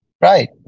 Right